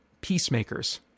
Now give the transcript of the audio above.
peacemakers